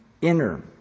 inner